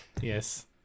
Yes